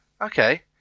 okay